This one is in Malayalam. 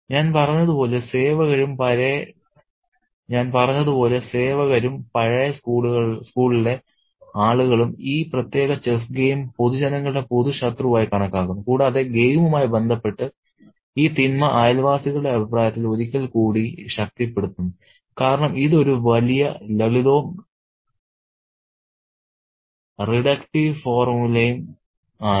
ഞാൻ പറഞ്ഞതുപോലെ സേവകരും പഴയ സ്കൂളിലെ ആളുകളും ഈ പ്രത്യേക ചെസ്സ് ഗെയിം പൊതുജനങ്ങളുടെ പൊതു ശത്രുവായി കണക്കാക്കുന്നു കൂടാതെ ഗെയിമുമായി ബന്ധപ്പെട്ട് ഈ തിന്മ അയൽവാസികളുടെ അഭിപ്രായത്തിൽ ഒരിക്കൽ കൂടി ശക്തിപ്പെടുത്തുന്നു കാരണം ഇത് ഒരു വളരെ ലളിതവും റിഡക്റ്റീവ് ഫോർമുലയും ആണ്